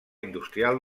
industrial